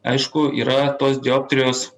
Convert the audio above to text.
aišku yra tos dioptrijos